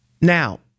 Now